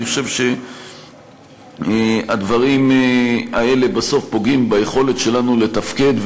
אני חושב שהדברים האלה בסוף פוגעים ביכולת שלנו לתפקד,